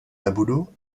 nebudu